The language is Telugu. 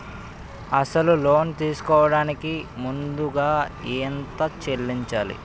అసలు లోన్ తీసుకోడానికి ముందుగా ఎంత చెల్లించాలి?